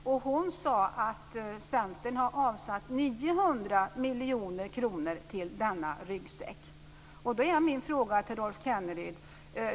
Hon sade att Centern har avsatt 900 miljoner kronor till denna ryggsäck.